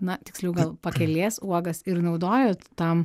na tiksliau gal pakelės uogas ir naudojot tam